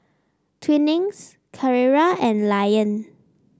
Twinings Carrera and Lion